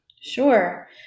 Sure